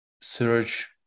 search